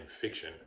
fiction